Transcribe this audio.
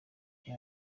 reba